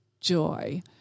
joy